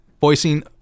voicing-